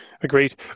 agreed